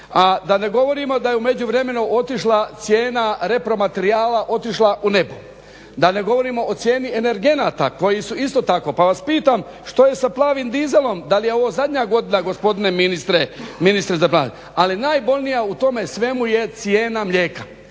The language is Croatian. da ne govorimo da je u međuvremenu otišla cijena repromaterijala, otišla u nebo, da ne govorimo o cijeni energenata koji su isto tako. Pa vas pitam što je sa plavim dizelom, da li je ovo zadnja godina gospodine ministre, ministre za plavi. Ali najbolnija u tome svemu je cijena mlijeka,